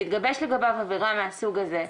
תתגבש לגביו עבירה מהסוג הזה.